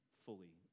fully